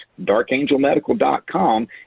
darkangelmedical.com